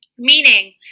meaning